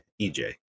EJ